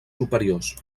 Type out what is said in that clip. superiors